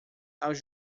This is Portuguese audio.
aos